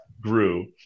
grew